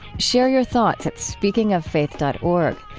share your thoughts at speakingoffaith dot org.